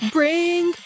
bring